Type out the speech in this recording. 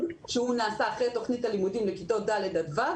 שנעשה אחרי תוכנית הלימודים לכיתות ד' עד ו',